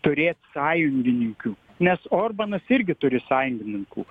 turėt sąjungininkių nes orbanas irgi turi sąjungininkų